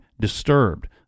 disturbed